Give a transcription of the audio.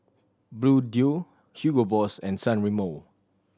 Bluedio Hugo Boss and San Remo